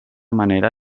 manera